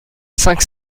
cinq